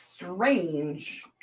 strange